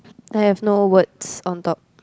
I have no words on top